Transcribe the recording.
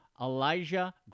Elijah